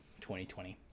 2020